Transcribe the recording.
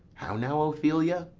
how now, ophelia?